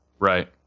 Right